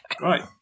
Right